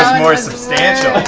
more substantial.